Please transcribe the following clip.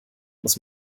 muss